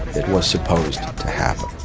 it was supposed to happen.